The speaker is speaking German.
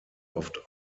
oft